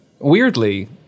Weirdly